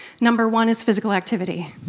number one is physical activity.